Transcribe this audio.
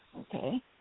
okay